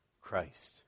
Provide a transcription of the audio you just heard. Christ